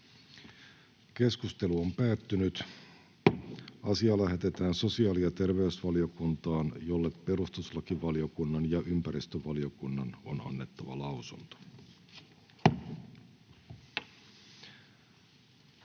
ehdottaa, että asia lähetetään sosiaali- ja terveysvaliokuntaan, jolle perustuslakivaliokunnan ja sivistysvaliokunnan on annettava lausunto.